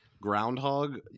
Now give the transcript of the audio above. groundhog